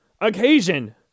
occasion